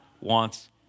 wants